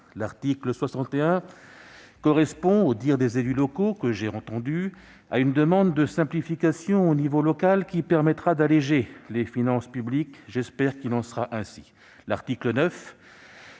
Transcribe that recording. L'article 61 correspond, aux dires des élus locaux que j'ai entendus, à une demande de simplification au niveau local qui permettra d'alléger les finances publiques. J'espère qu'il en sera ainsi. L'article 9,